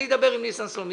אני אדבר עם ניסן סלומינסקי,